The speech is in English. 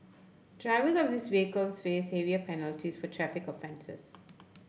drivers of these vehicles face heavier penalties for traffic offences